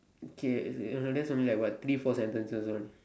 K you know that's only like what three four sentences one